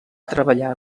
treballar